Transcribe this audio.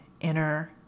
inner